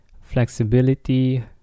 flexibility